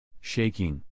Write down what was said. Shaking